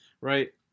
right